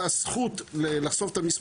זה לא שדברים שאנשים שבתחום שלנו מבינים לחלוטין,